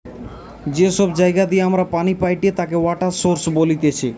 যে সব জায়গা দিয়ে আমরা পানি পাইটি তাকে ওয়াটার সৌরস বলতিছে